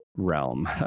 realm